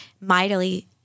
mightily